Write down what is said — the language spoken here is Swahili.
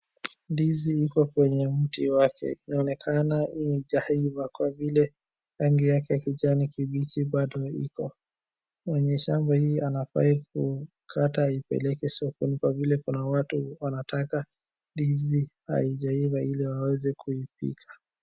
Ndizi iko kwenye mti wake. Inaonekana haijaiva kwa vile rangi yake kijani kibichi bado iko. Mwenye shamba hii anafai kukata aipeleke sokoni kwa vile kuna watu wanataka ndizi haijaiva ili waweze kuipika.